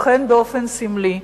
לכן, באופן סמלי,